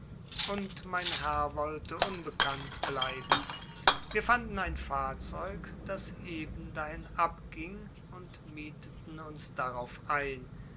und mein herr wollte unbekannt bleiben wir fanden ein fahrzeug das eben dahin abging und mieteten uns darauf ein